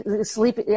sleep